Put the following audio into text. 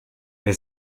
wer